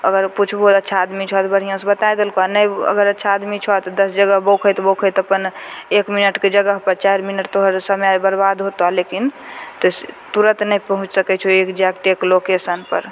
अगर पुछबहो अच्छा आदमी छऽ तऽ बढ़िआँसे बतै देलकऽ आओर नहि अगर अच्छा आदमी छऽ तऽ दस जगह बौखैत बौखैत अपन एक मिनटके जगहपर चारि मिनट तोहर समय बरबाद होतऽ लेकिन तुरन्त नहि पहुँचि सकै छऽ एक्जैक्ट एक लोकेशनपर